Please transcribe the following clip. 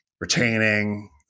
retaining